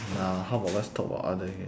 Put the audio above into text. nah how about let's talk about other game